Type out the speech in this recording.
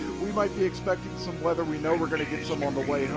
we might be expecting some weather. we know we are going to get some on the way.